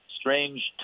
strange